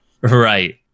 Right